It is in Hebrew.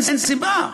אין סיבה.